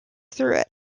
through